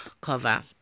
cover